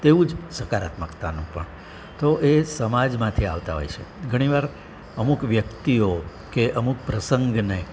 તેવું જ સકારાત્મકતાનું પણ તો એ સમાજમાંથી આવતા હોય છે ઘણી વાર અમુક વ્યક્તિઓ કે અમુક પ્રસંગને